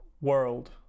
world